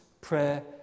prayer